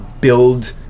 build